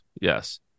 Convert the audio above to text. yes